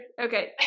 Okay